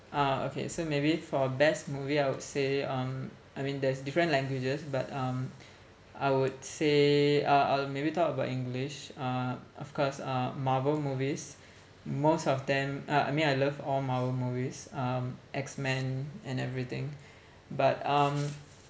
uh okay so maybe for best movie I would say um I mean there's different languages but um I would say uh I'll maybe talk about english uh of course uh marvel movies most of them uh I mean I love all marvel movies um X men and everything but um